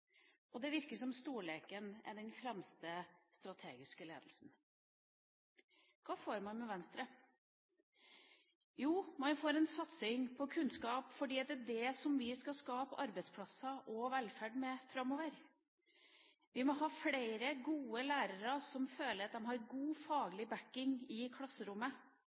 og det virker som om stolleken er den fremste strategiske ledelsen. Hva får man med Venstre? Jo, man får en satsing på kunnskap, fordi det er det vi skal skape arbeidsplasser og velferd med framover. Vi må ha flere gode lærere som føler at de har god faglig backing i klasserommet.